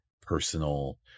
personal